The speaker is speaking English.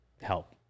help